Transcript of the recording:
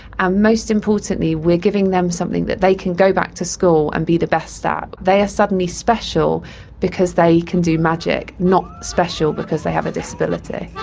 and most importantly we are giving them something that they can go back to school and be the best at. they are suddenly special because they can do magic, not special because they have a disability.